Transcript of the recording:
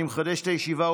אני מחדש את הישיבה,